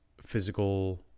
physical